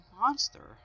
monster